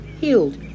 healed